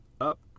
up